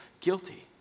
guilty